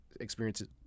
experiences